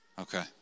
Okay